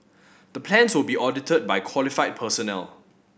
the plans will be audited by qualified personnel